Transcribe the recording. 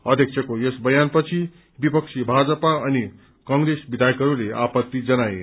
अध्यक्षको यस बयानपछि विपक्षी भाजपा अनि कंग्रेस विधायकहरूले आपत्ति जनाए